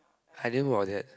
I didn't know about that